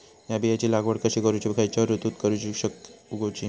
हया बियाची लागवड कशी करूची खैयच्य ऋतुत कशी उगउची?